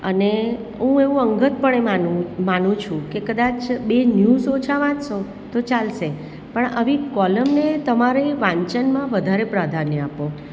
અને હું એવું અંગત પણે માનું માનું છું કે કદાચ બે ન્યૂઝ ઓછા વાંચશો તો ચાલશે પણ આવી કોલમને તમારે વાંચનમાં વધારે પ્રાધાન્ય આપો